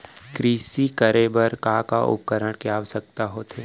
कृषि करे बर का का उपकरण के आवश्यकता होथे?